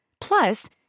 Plus